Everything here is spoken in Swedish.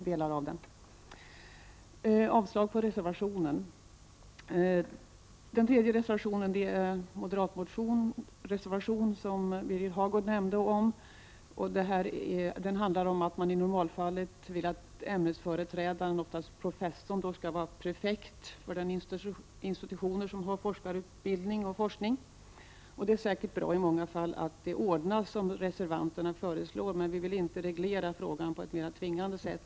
Jag yrkar avslag på reservationen. Den tredje reservationen är moderaternas. Man vill att i normalfallet ämnesföreträdaren, oftast professorn, skall vara prefekt för de institutioner som har forskarutbildning och forskning. Det är säkert bra i många fall att det ordnas som reservanterna föreslår, men vi vill inte reglera frågan på ett mera tvingande sätt.